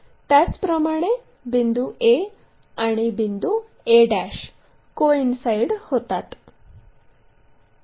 त्याचप्रमाणे बिंदू a आणि बिंदू a कोइन्साईड होतात